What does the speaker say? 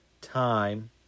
time